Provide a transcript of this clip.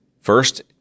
first